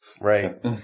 Right